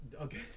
Okay